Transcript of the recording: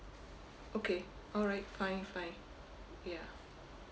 okay alright fine fine ya